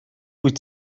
wyt